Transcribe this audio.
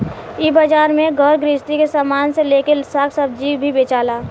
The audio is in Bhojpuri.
इ बाजार में घर गृहस्थी के सामान से लेके साग आ सब्जी भी बेचाला